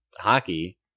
hockey